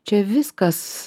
čia viskas